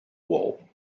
wall